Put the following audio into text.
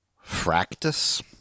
Fractus